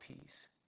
peace